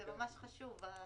זה ממש חשוב...